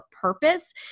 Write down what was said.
purpose